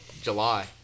july